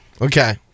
Okay